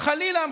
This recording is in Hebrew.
חלילה,